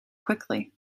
quickly